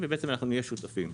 ובעצם אנחנו נהיה שותפים.